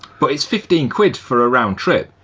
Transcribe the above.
but it's fifteen quid for a round-trip,